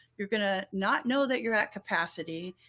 you're gonna not know that you're at capacity,